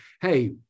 hey